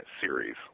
series